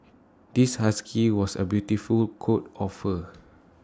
this husky was A beautiful coat of fur